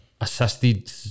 assisted